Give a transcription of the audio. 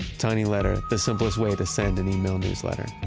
tiny letter the simplest way to send an email newsletter.